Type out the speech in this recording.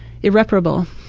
irreparable.